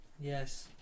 Yes